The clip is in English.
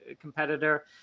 competitor